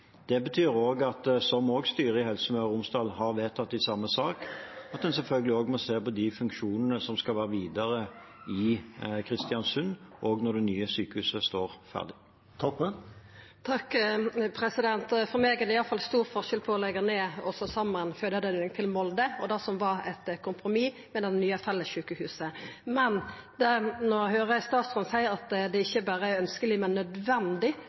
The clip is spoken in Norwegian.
Det betyr, som styret i Helse Møre og Romsdal har vedtatt i samme sak, at en selvfølgelig også må se på de funksjonene som skal være videre i Kristiansund når det nye sykehuset står ferdig. For meg er det iallfall stor forskjell på å leggja ned og slå saman fødeavdelingane til Molde, og det som var eit kompromiss med det nye fellessjukehuset. Men når eg høyrer statsråden seia at det ikkje berre er ønskeleg, men nødvendig